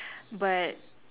but